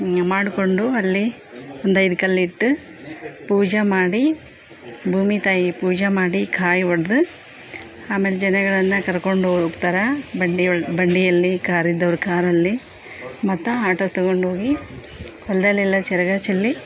ಮಾಡ್ಕೊಂಡು ಅಲ್ಲಿ ಒಂದು ಐದು ಕಲ್ಲಿಟ್ಟು ಪೂಜೆ ಮಾಡಿ ಭೂಮಿ ತಾಯಿ ಪೂಜೆ ಮಾಡಿ ಕಾಯಿ ಒಡೆದು ಆಮೇಲ್ ಜನಗಳನ್ನ ಕರ್ಕೊಂಡು ಹೋಗ್ತಾರಾ ಬಂಡಿ ಒಳ ಬಂಡಿಯಲ್ಲಿ ಕಾರ್ ಇದ್ದವರು ಕಾರಲ್ಲಿ ಮತ್ತು ಆಟೋ ತಗೊಂಡು ಹೋಗಿ ಹೊಲ್ದಲ್ಲಿ ಎಲ್ಲ ಚರ್ಗ ಚೆಲ್ಲಿ